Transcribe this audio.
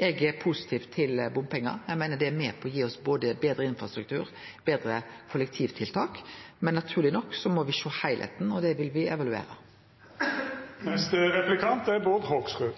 Eg er positiv til bompengar. Eg meiner det er med på å gi oss både betre infrastruktur og betre kollektivtiltak, men naturleg nok må me sjå heilskapen, og det vil me evaluere. Jeg hørte statsråden si at han synes bompenger er